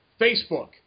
Facebook